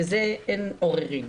על זה אין עוררין.